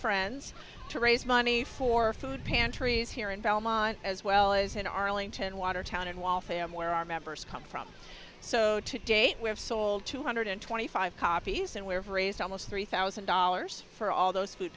friends to raise money for food pantries here in belmont as well as in arlington watertown and while fam where our members come from so to date we have sold two hundred twenty five copies and we have raised almost three thousand dollars for all those food